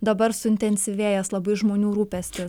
dabar suintensyvėjęs labai žmonių rūpestis